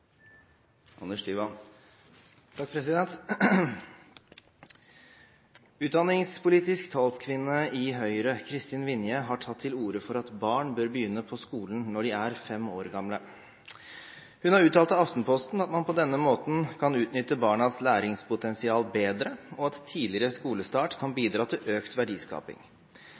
orde for at barn bør begynne på skolen når de er fem år gamle. Hun har uttalt til Aftenposten at man på denne måten kan utnytte barnas læringspotensial bedre, og at tidligere skolestart kan bidra til økt verdiskaping.